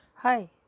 Hi